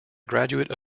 graduate